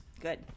Good